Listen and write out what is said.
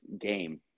game